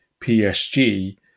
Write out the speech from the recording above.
PSG